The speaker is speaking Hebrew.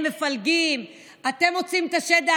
בבקשה, אדוני, עד שלוש דקות